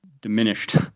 diminished